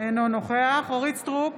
אינו נוכח אורית מלכה סטרוק,